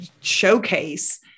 showcase